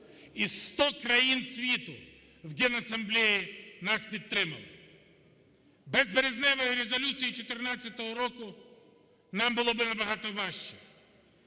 І 100 країн світу в Генасамлеї нас підтримали. Без березневої резолюції 14-го року нам було б набагато важче.